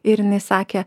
ir jinainei sakė